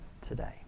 today